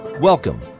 Welcome